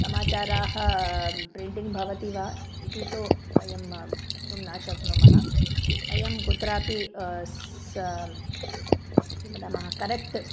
समाचाराः printing भवति वा इति तु वयं वक्तुं न शक्नुमः वयं कुत्रापि स किं वदामः करेक्ट्